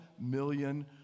million